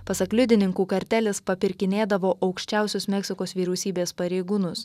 pasak liudininkų kartelis papirkinėdavo aukščiausius meksikos vyriausybės pareigūnus